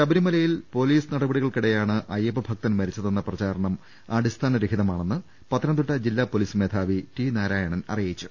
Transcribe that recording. ശബരിമലയിൽ പൊലീസ് നടപടികൾക്കിടെയാണ് അയ്യപ്പഭ ക്തൻ മരിച്ചതെന്ന പ്രചാരണം അടിസ്ഥാനർഹിതമാണെന്ന് പത്ത നംതിട്ട ജില്ലാപൊലീസ് മേധാവി ടി നാരായണൻ അറിയിച്ചു